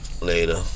later